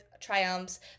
triumphs